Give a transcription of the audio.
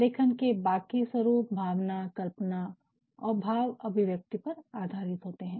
लेखन के बाकी स्वरूप भावना कल्पना और भाव अभिव्यक्ति पर आधारित होते हैं